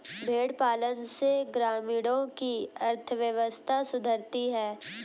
भेंड़ पालन से ग्रामीणों की अर्थव्यवस्था सुधरती है